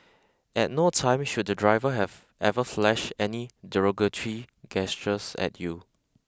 at no time should the driver have ever flashed any derogatory gestures at you